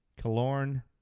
Kalorn